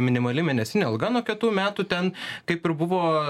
minimali mėnesinė alga nuo kitų metų ten kaip ir buvo